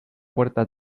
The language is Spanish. puerta